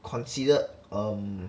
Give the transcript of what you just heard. considered um